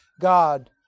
God